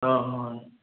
ஆ ஆ